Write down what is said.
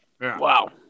Wow